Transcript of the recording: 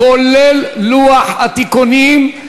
כולל לוח התיקונים,